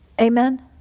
Amen